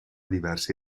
diverse